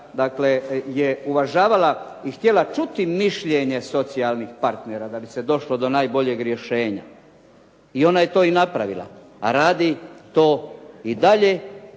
dakle je uvažavala i htjela čuti mišljenje socijalnih partnera da bi se došlo do najboljeg rješenja i ona je to i napravila, a radi to i dalje